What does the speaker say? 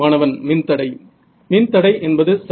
மாணவன் மின் தடை மின்தடை என்பது சரி